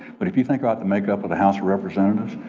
but if you think about the makeup of the house representatives,